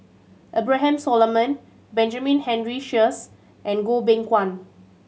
Abraham Solomon Benjamin Henry Sheares and Goh Beng Kwan